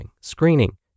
screening